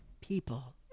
people